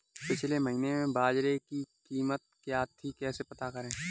पिछले महीने बाजरे की कीमत क्या थी कैसे पता करें?